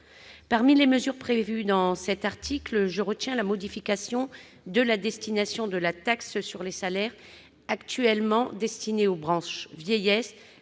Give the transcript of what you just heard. Parmi les mesures prévues dans cet article, je retiens la modification de la destination de la taxe sur les salaires- actuellement destinée aux branches vieillesse,